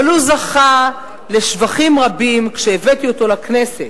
אבל הוא זכה לשבחים רבים כשהבאתי אותו לכנסת,